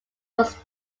was